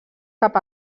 cap